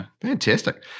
Fantastic